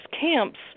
camps